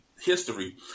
history